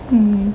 mm